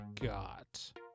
got